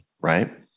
right